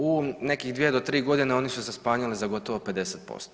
U nekih 2 do 3 godine oni su se smanjili za gotovo 50%